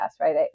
right